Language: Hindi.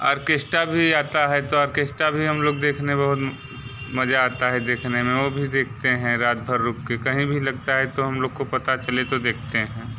आर्केस्टा भी आता है तो आर्केस्टा भी हम लोग देखने बहुत मज़ा आता है देखने में वो भी देखते हैं रात भर रुक के कहीं भी लगता है तो हम लोग को पता चले तो देखते हैं